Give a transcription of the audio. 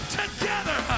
together